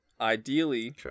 Ideally